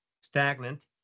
stagnant